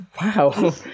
Wow